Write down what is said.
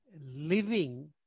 living